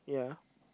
yeah